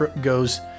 goes